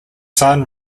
son